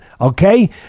okay